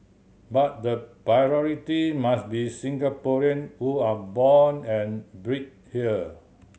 but the priority must be Singaporean who are born and bred here